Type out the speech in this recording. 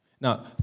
Now